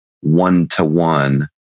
one-to-one